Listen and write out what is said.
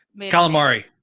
calamari